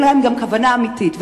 אין מאחוריהן גם כוונה אמיתית.